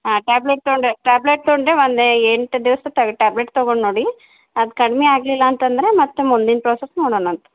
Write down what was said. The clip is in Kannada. ಹಾಂ ಟ್ಯಾಬ್ಲೆಟ್ ತೊಗೊಂಡು ಟ್ಯಾಬ್ಲೆಟ್ ತೊಗೊಂಡು ಒಂದು ಎಂಟು ದಿವಸ ತಗ್ ಟ್ಯಾಬ್ಲೆಟ್ ತೊಗೊಂಡು ನೋಡಿ ಅದು ಕಡಿಮೆ ಆಗಲಿಲ್ಲ ಅಂತಂದರೆ ಮತ್ತೆ ಮುಂದಿನ ಪ್ರೋಸೆಸ್ ನೋಡಣಂತೆ